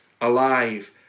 alive